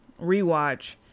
rewatch